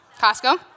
Costco